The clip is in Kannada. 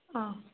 ಹಾಂ